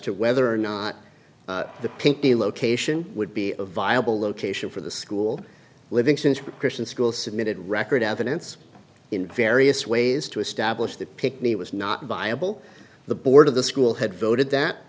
to whether or not the pinkie location would be a viable location for the school living since christian school submitted record evidence in various ways to establish that pick me was not viable the board of the school had voted that